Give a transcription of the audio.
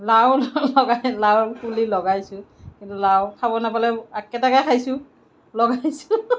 লাও নলগাই লাওৰ পুলি লগাইছোঁ কিন্তু লাও খাব নাপালেও আগ কেইটাকে খাইছোঁ লগাইছোঁ